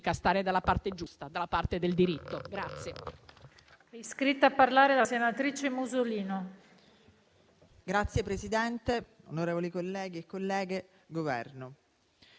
stare dalla parte giusta, dalla parte del diritto.